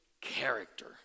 character